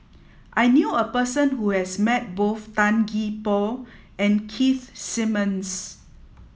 I knew a person who has met both Tan Gee Paw and Keith Simmons